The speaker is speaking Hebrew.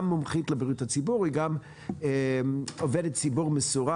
מומחית לבריאות הציבור והיא גם עובדת ציבור מסורה: